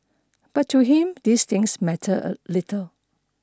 but to him these things mattered a little